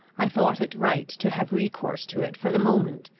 i thought it right to have recourse to it for the moment,